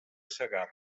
segarra